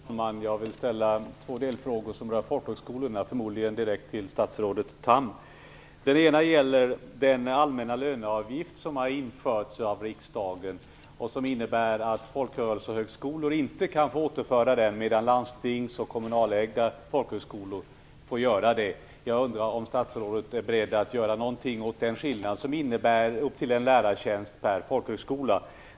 Fru talman! Jag vill ställa två delfrågor som rör folkhögskolorna till statsrådet Tham. Den ena frågan gäller den allmänna löneavgift som har införts av riksdagen. Folkrörelsehögskolor kan inte få den återförd medan landstings och kommunalägda folkhögskolor får det. Jag undrar om statsrådet är beredd att göra någonting åt denna skillnad, som innebär upp till en lärartjänst per folkhögskola.